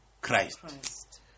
Christ